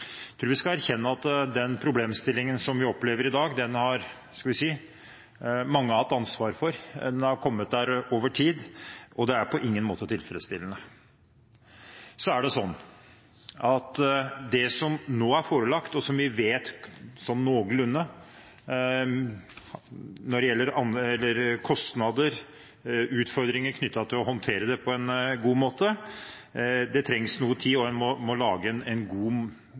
vi skal erkjenne at den problemstillingen som vi opplever i dag, har – skal vi si – mange hatt ansvar for, den har kommet der over tid, og det er på ingen måte tilfredsstillende. Så er det sånn at til det som nå er forelagt – og som vi vet sånn noenlunde når det gjelder kostnader og utfordringer knyttet til å håndtere det på en god måte – trengs det noe tid, og en må lage en god